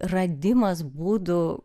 radimas būdų